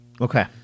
Okay